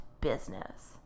business